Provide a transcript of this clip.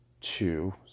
two